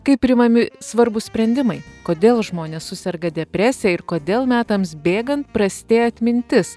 kaip priimami svarbūs sprendimai kodėl žmonės suserga depresija ir kodėl metams bėgant prastėja atmintis